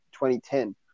2010